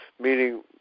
meaning